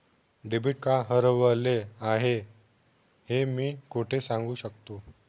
Debit card हरवले आहे हे मी कोठे सांगू शकतो?